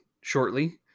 shortly